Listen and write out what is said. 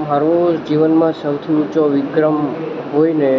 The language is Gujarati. મારો જીવનમાં સૌથી ઊંચો વિક્રમ હોયને